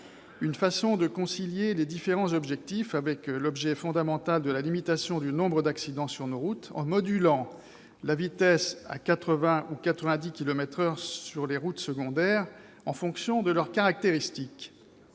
une façon de concilier les différents objectifs avec celui- fondamental -de la réduction du nombre d'accidents sur nos routes, en modulant la limitation de vitesse à 80 ou 90 kilomètres par heure sur les routes secondaires en fonction de leurs caractéristiques.